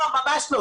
לא, ממש לא.